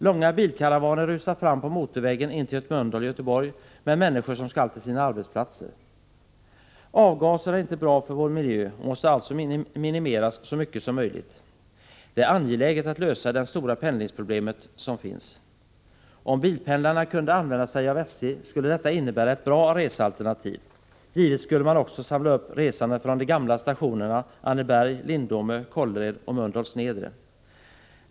Långa bilkaravaner rusar fram på motorvägen in till Mölndal och Göteborg med människor som skall till sina arbetsplatser. Avgaser är inte bra för vår miljö och måste alltså minimeras så mycket som möjligt. Det är angeläget att lösa det stora pendlingsproblem som finns. Om bilpendlarna kunde använda SJ, skulle detta innebära ett bra resealternativ. Givetvis skulle man också samla upp resande från de gamla stationerna Anneberg, Lindome, Kållered och Mölndals nedre.